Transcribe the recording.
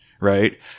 right